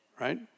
right